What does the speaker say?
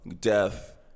death